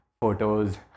photos